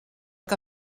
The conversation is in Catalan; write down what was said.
que